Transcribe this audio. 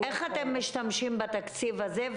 איך אתם משתמשים בתקציב הזה?